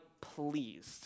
pleased